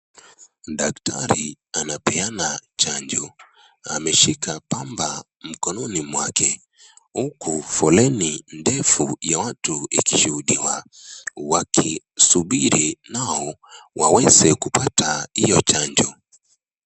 Daktari anapeana chanjo, ameshika pamba mkononi mwake huku foleni ndefu ya watu ikishuhudiwa wakisubiri nao waweze kupata hio chanjo.